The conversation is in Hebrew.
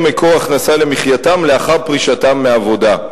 מקור הכנסה למחייתם לאחר פרישתם מעבודה.